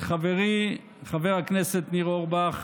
אל חברי חבר הכנסת ניר אורבך,